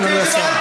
אדוני השר.